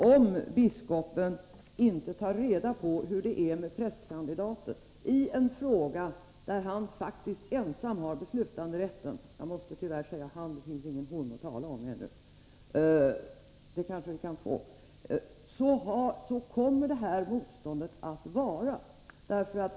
Om inte biskopen i en fråga där han — jag måste tyvärr säga han, eftersom det inte finns någon hon att tala om ännu, men det kanske vi kan få — faktiskt ensam har beslutanderätten tar reda på vilken inställning prästkandidaten har kommer detta motstånd att vara.